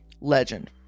legend